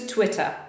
Twitter